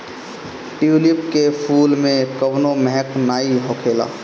tulip के फूल में कवनो महक नाइ होखेला